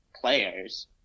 players